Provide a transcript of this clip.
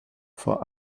vor